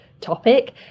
topic